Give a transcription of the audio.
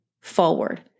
forward